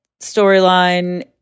storyline